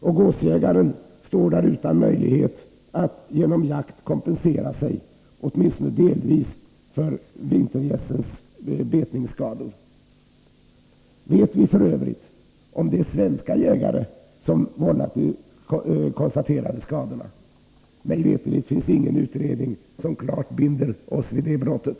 Och gåsjägaren står där utan möjlighet att genom jakt kompensera sig åtminstone delvis för vintergässens betningsskador. Vet vi f. ö. om det är svenska jägare som vållat de konstaterade skadorna? Mig veterligt finns ingen utredning som klart binder oss vid det brottet.